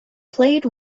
played